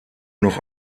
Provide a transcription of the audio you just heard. noch